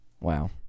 Wow